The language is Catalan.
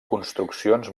construccions